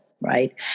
Right